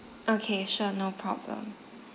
okay sure no problem